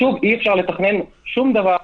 שוב, אי-אפשר לתכנן שום דבר.